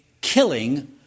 killing